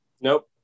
Nope